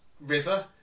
river